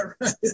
right